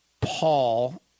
Paul